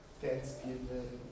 thanksgiving